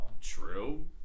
True